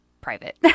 private